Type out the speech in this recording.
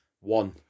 One